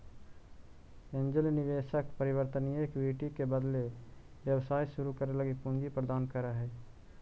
angel निवेशक परिवर्तनीय equity के बदले व्यवसाय शुरू करे लगी पूंजी प्रदान करऽ हइ